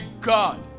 God